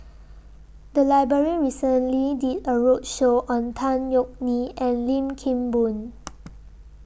The Library recently did A roadshow on Tan Yeok Nee and Lim Kim Boon